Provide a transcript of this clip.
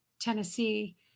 Tennessee